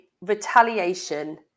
retaliation